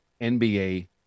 NBA